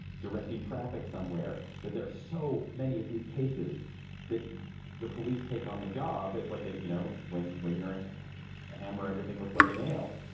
directing traffic somewhere, that there's so many of these cases that the police take on the job. it's like, ah you know, when when you're a hammer, everything looks like a nail.